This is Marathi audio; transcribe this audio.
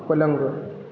पलंग